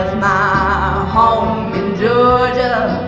ah home in georgia